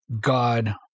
God